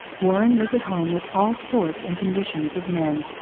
warren was at home with all sorts and conditions of men.